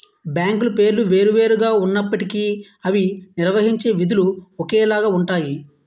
బ్యాంకుల పేర్లు వేరు వేరు గా ఉన్నప్పటికీ అవి నిర్వహించే విధులు ఒకేలాగా ఉంటాయి